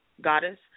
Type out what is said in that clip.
goddess